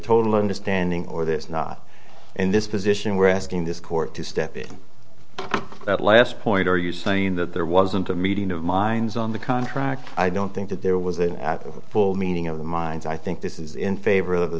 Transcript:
total understanding or this is not in this position we're asking this court to step in that last point are you saying that there wasn't a meeting of minds on the contract i don't think that there was a full meaning of the mines i think this is in favor of the